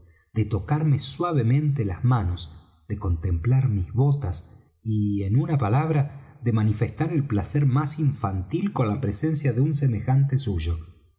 de tocarme suavemente las manos de contemplar mis botas y en una palabra de manifestar el placer más infantil con la presencia de un semejante suyo